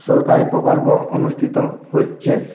সরকারি প্রকল্প অনুস্থিত হচ্ছে